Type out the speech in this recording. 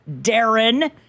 Darren